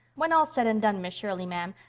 when all's said and done, miss shirley, ma'am,